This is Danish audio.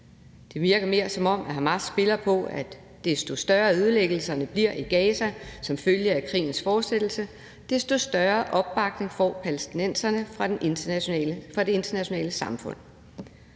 Det virker mere, som om Hamas spiller på, at desto større ødelæggelserne bliver i Gaza som følge af krigens fortsættelse, desto større opbakning får palæstinenserne fra det internationale samfund.